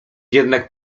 jednak